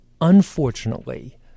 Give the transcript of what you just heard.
Unfortunately